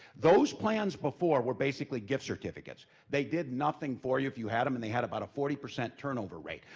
those plans before were basically gift certificates. they did nothing for you if you had em, and they had about a forty percent turnover rate.